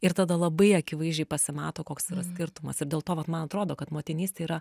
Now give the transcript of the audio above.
ir tada labai akivaizdžiai pasimato koks skirtumas ir dėl to vat man atrodo kad motinystė yra